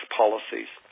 policies